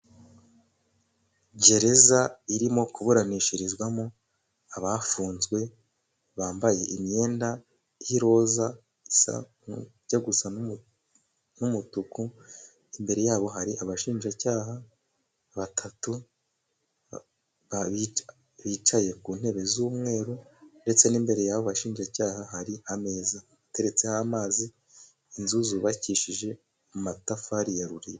Gereza irimo kuburanishirizwamo abafunzwe, bambaye imyenda y'iroza ijya gusa nk'umutuku, imbere ya bo hari abashinjacyaha batatu bicaye ku ntebe z'umweru, ndetse n'imbere y'abo bashinjacyaha hari ameza ateretseho amazi, inzu zubakishije amatafari ya Ruririba.